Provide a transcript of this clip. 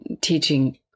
teaching